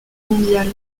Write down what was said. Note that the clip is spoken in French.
mondial